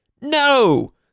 No